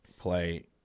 play –